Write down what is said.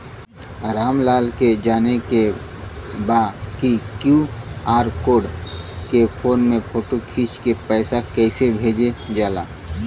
राम लाल के जाने के बा की क्यू.आर कोड के फोन में फोटो खींच के पैसा कैसे भेजे जाला?